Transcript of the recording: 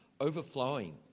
overflowing